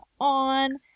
on